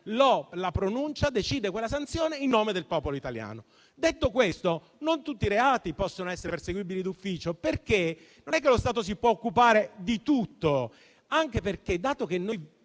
il giudice decide quella sanzione in nome del popolo italiano. Detto questo, non tutti i reati possono essere perseguibili d'ufficio, perché non è che lo Stato si può occupare di tutto. Noi lavoriamo e